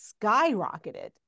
skyrocketed